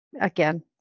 Again